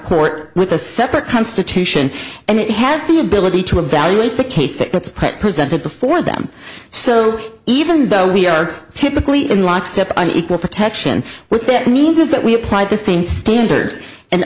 court with a separate constitution and it has the ability to evaluate the case that gets played presented before them so even though we are typically in lockstep on equal protection with that means is that we apply the same standards and